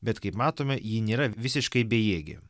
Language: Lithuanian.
bet kaip matome ji nėra visiškai bejėgė